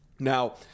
Now